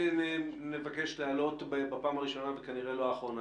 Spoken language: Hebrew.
נבקש להעלות בפעם הראשונה וכנראה לא אחרונה